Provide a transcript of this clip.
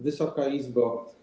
Wysoka Izbo!